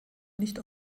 nicht